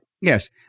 Yes